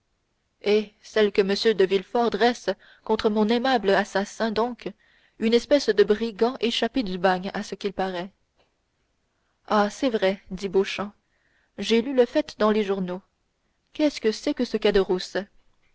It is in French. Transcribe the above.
eh celle que m de villefort dresse contre mon aimable assassin donc une espèce de brigand échappé du bagne à ce qu'il paraît ah c'est vrai dit beauchamp j'ai lu le fait dans les journaux qu'est-ce que c'est que ce caderousse eh